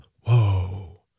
Whoa